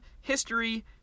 history